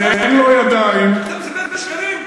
שאין לו ידיים, אתה מספר שקרים.